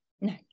no